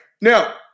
Now